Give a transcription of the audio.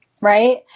Right